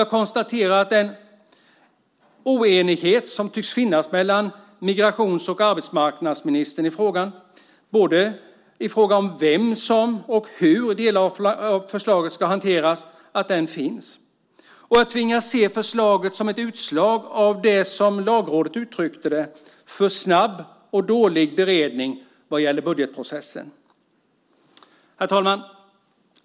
Jag konstaterar också den oenighet som tycks finnas mellan migrationsministern och arbetsmarknadsministern, både i fråga om vem som ska hantera förslaget och hur delar av förslaget ska hanteras. Jag tvingas se förslaget som ett utslag av, som Lagrådet uttryckte det, en för snabb och dålig beredning vad gäller budgetprocessen. Herr talman!